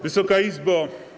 Wysoka Izbo!